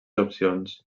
opcions